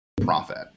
profit